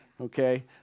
Okay